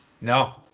No